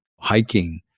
hiking